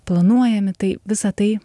planuojami tai visa tai